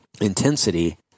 intensity